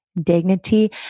dignity